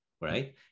right